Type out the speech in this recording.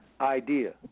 idea